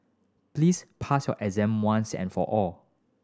please pass your exam once and for all